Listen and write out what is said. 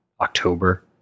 October